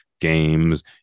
games